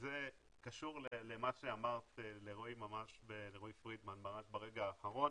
וזה קשור למה שאמרת לרועי פרידמן ממש ברגע האחרון